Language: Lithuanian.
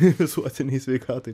ir visuotinei sveikatai